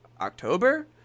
October